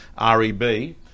REB